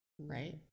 Right